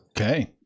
Okay